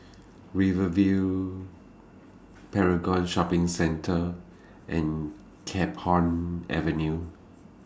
Rivervale Paragon Shopping Centre and Camphor Avenue